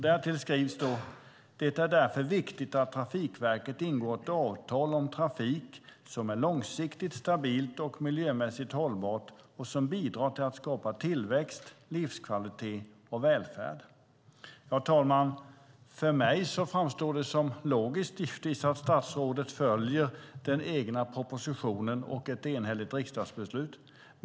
Därtill står det: "Det är därför viktigt att Trafikverket ingår ett avtal om trafik som är långsiktigt, stabilt och miljömässigt hållbart och som bidrar till att skapa tillväxt, livskvalitet och välfärd." Herr talman! För mig framstår det givetvis som logiskt att statsrådet följer den egna propositionen och ett enhälligt riksdagsbeslut.